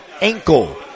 ankle